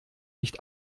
nicht